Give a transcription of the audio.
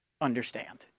understand